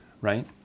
right